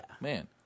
Man